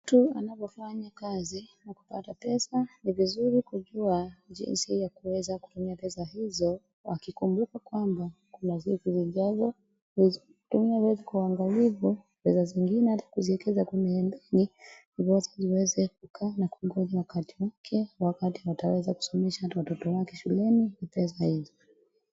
Mtu anavyofanya kazi na kupata pesa, ni vizuri kujua jinsi ya kuweza kutumia pesa hizo wakikumbuka kwamba kuna siku zijazo. Tumia pesa kwa uangalifu, pesa zingine hata kuziwekeza kwenye benki ndiposa ziweze kukaa na kungoja wakati wake, wakati ataweza kusomesha hata watoto wake shuleni pesa hizo.